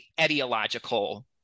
ideological